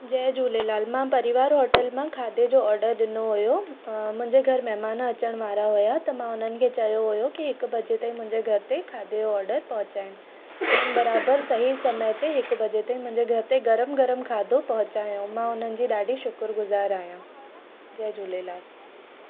जय झूलेलाल मां परिवार होटल मां खाधे जो ऑडर ॾिनो हुओ मुंहिंजे घरि महिमान अचण वारा हुआ त मां हुननि खे चयो हुओ की हिकु बजे ताईं मुंहिंजे घर ते खाधे जो ऑडर पहुचाइनि उन्हनि बराबरि सही समय ते हिकु बजे ते मुंहिंजे घर ते गरम गरम खाधो पहुचायूं मां उन्हनि जी ॾाढी शुक्रगुज़ारु आहियां जय झूलेलाल